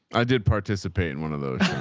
i did participate in one of those.